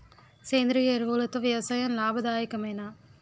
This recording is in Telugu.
సేంద్రీయ ఎరువులతో వ్యవసాయం లాభదాయకమేనా?